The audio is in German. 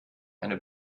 eine